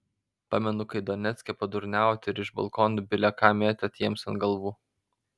pamenu kai donecke padurniavot ir iš balkonų bile ką mėtėt jiems ant galvų